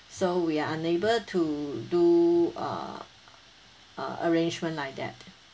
so we are unable to do uh uh arrangement like that